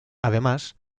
además